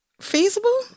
feasible